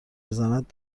بزند